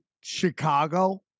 Chicago